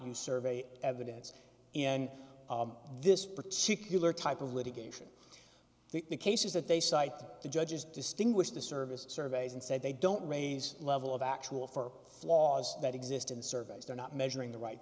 use survey evidence in this particular type of litigation the cases that they cite the judge's distinguished service surveys and said they don't raise the level of actual for flaws that exist in surveys they're not measuring the right